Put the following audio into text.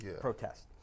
protest